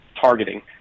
targeting